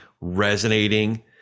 resonating